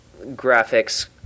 graphics